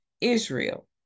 Israel